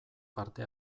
parte